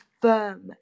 firm